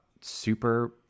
super